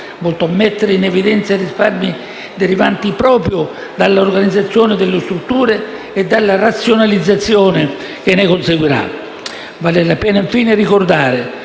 volto a mettere in evidenza i risparmi derivanti proprio dalla riorganizzazione delle strutture e dalla razionalizzazione che ne conseguirà. Vale la pena, infine, ricordare